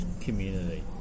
community